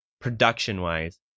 production-wise